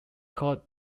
called